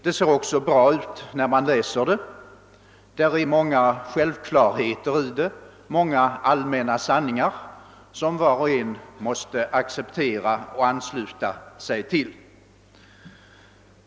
Det ser också bra ut när man läser det; där finns många självklarheter och många allmänna sanningar som var och en måste ansluta sig till.